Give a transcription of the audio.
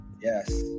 yes